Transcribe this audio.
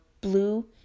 blue